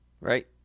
Right